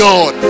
God